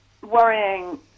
worrying